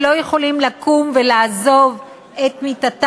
שלא יכול לקום ולעזוב את מיטתו